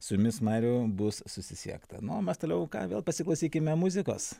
su jumis mariau bus susisiekta na o mes toliau ką vėl pasiklausykime muzikos